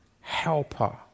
helper